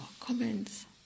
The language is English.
comments